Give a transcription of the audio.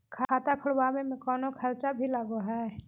खाता खोलावे में कौनो खर्चा भी लगो है?